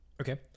Okay